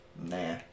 Nah